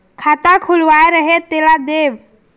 खाता खुलवाय रहे तेला देव?